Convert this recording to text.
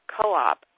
co-op